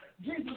Jesus